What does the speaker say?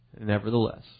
Nevertheless